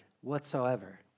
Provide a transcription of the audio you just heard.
whatsoever